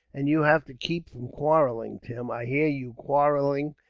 and you have to keep from quarrelling, tim. i hear you quarrelling,